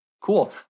Cool